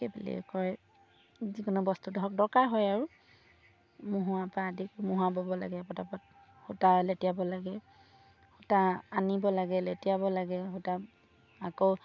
কি বুলি কয় যিকোনো বস্তু ধৰক দৰকাৰ হয় আৰু মহুৰাৰপৰা আদি মহুৰা বব লাগে পটাপট সূতা লেটিয়াব লাগে সূতা আনিব লাগে লেটিয়াব লাগে সূতা আকৌ